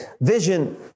vision